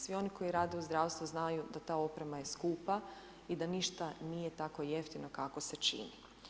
Svi oni koji rade u zdravstvu, znaju da ta oprema je skupa i da ništa nije tako jeftino kako se čini.